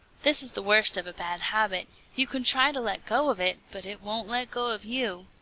this is the worst of a bad habit you can try to let go of it, but it won't let go of you.